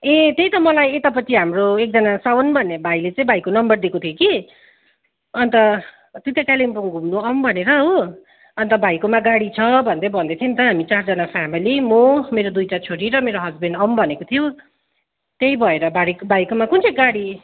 ए त्यही त मलाई एतापट्टि हाम्रो एकजना सावन भन्ने भाइले चाहिँ भाइको नम्बर दिएको थियो कि अन्त त्यता कालिम्पोङ घुम्नु आउँ भनेर हो अन्त भाइकोमा गाडी छ भन्दै भन्दैथियो नि त हामी चारजाना फ्यामेली म मेरो दुइटा छोरी र मेरो हसबेन्ड आउँ भनेको थियो त्यही भएर भारे भाइकोमा कुन चाहिँ गाडी